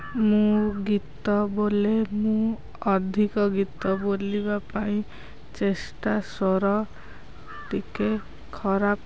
ମୁଁ ଗୀତ ବୋଲେ ମୁଁ ଅଧିକ ଗୀତ ବୋଲିବା ପାଇଁ ଚେଷ୍ଟା ସ୍ୱର ଟିକିଏ ଖରାପ